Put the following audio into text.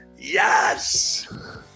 Yes